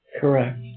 Correct